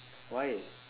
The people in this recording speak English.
why